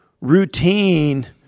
routine